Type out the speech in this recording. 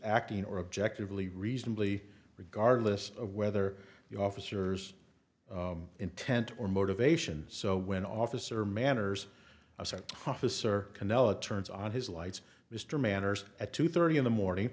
acting or objectively reasonably regardless of whether you officers intent or motivation so when officer manners aside officer canela turns on his lights mr manners at two thirty in the morning